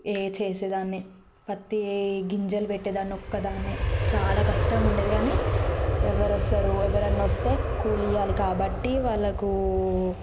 ఏ చేసేదాన్ని పత్తి గింజలు పెట్టేదాన్ని ఒక్కదాన్నే చాలా కష్టంగా ఉండేది కానీ ఎవరు వస్తారు ఎవరైనా వస్తే కూలి ఇవ్వాలి కాబట్టి వాళ్ళకు